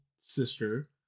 sister